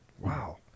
Wow